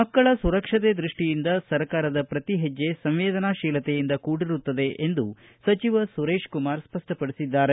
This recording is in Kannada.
ಮಕ್ಕಳ ಸುರಕ್ಷತೆ ದೃಷ್ಷಿಯಿಂದ ಸರಕಾರದ ಪ್ರತಿ ಹೆಜ್ಜೆ ಸಂವೇದನಾಶೀಲತೆಯಿಂದ ಕೂಡಿರುತ್ತದೆ ಎಂದು ಸಚಿವ ಸುರೇಶಕುಮಾರ ಸ್ಪಷ್ಟಪಡಿಸಿದ್ದಾರೆ